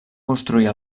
construir